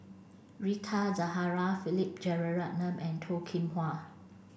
Rita Zahara Philip Jeyaretnam and Toh Kim Hwa